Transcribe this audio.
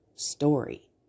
story